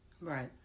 Right